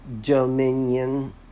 Dominion